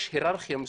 יש היררכיה.